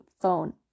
phone